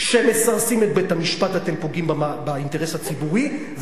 כשמסרסים את בית-המשפט אתם פוגעים באינטרס הציבורי,